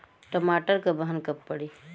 टमाटर क बहन कब पड़ी?